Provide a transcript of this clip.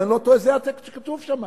אם אני לא טועה זה הטקסט שכתוב שם.